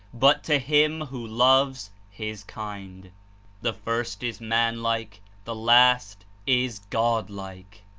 but to him who loves his kind the first is man-like the last is god-like.